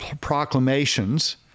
proclamations